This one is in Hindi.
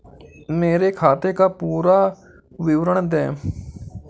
मेरे खाते का पुरा विवरण दे?